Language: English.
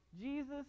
Jesus